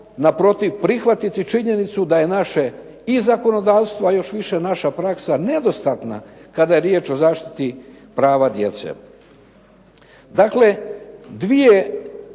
naprotiv prihvatiti činjenicu da je naše i zakonodavstvo, a još više naša praksa nedostatna kada je riječ o zaštiti prava djece. Dakle, dvije